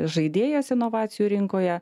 žaidėjas inovacijų rinkoje